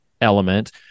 element